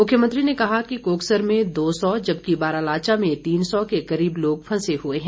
मुख्यमंत्री ने कहा कि कोकसर में दो सौ जबकि बारालाचा में तीन सौ के करीब लोग फंसे हए हैं